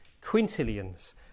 quintillions